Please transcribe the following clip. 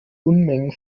unmengen